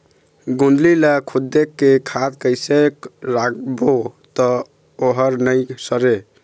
गोंदली ला खोदे के बाद कइसे राखबो त ओहर नई सरे?